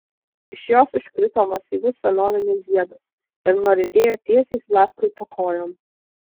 iš jos iškrito masyvus senovinis žiedas ir nuriedėjo tiesiai zlatkui po kojom